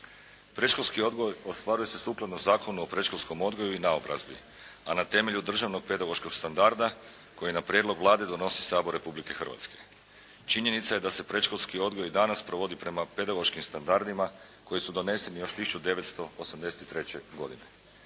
Predškolski odgoj ostvaruje se sukladno Zakonu o predškolskom odgoju i naobrazbi, a na temelju Državnog pedagoškog standarda koji na prijedlog Vlade donosi Sabor Republike Hrvatske. Činjenica je da se predškolski odgoj i danas provodi prema pedagoškim standardima koji su doneseni još 1983. godine.